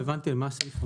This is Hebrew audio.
לא הבנתי מה הסעיף אומר.